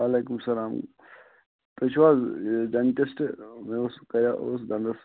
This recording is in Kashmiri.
وعلیکُم اسَلام تُہۍ چھِو حَظ یہِ ڈینٹٕسٹہٕ یہِ اوس کَریاو دَنٛدَس